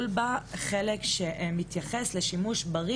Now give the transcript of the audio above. וההבדל בין פגיעה וחופש הביטוי.